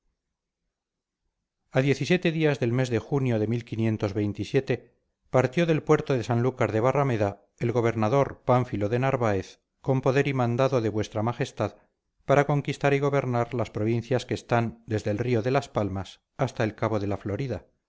a días del mes de junio de partió del puerto de san lúcar de barrameda el gobernador pánfilo de narváez con poder y mandado de vuestra majestad para conquistar y gobernar las provincias que están desde el río de las palmas hasta el cabo de la florida